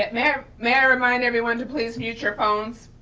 and yeah may i remind everyone to please mute your phones.